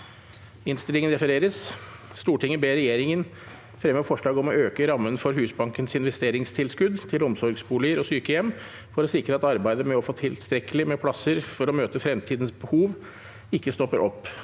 følgende v e d t a k : Stortinget ber regjeringen fremme forslag om å øke rammen for Husbankens investeringstilskudd til omsorgsboliger og sykehjem for å sikre at arbeidet med å få tilstrekkelig med plasser for å møte fremtidens behov ikke stopper opp.